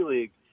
League